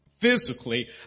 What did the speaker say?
physically